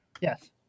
Yes